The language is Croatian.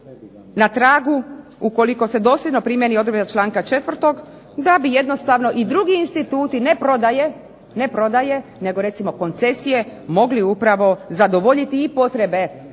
na tragu ukoliko se dosljedno primjeni odredba članka 4. da bi jednostavno i drugi instituti ne prodaje, nego recimo koncesije mogli upravo zadovoljiti i potrebe